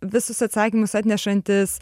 visus atsakymus atnešantis